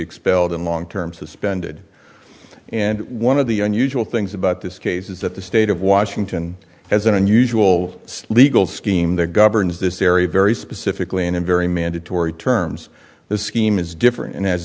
expelled in long term suspended and one of the unusual things about this case is that the state of washington has an unusual sleep scheme that governs this area very specifically and in very mandatory terms the scheme is different and has